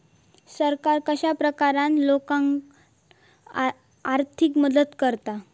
सरकार कश्या प्रकारान लोकांक आर्थिक मदत करता?